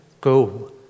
go